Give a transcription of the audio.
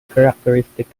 characteristics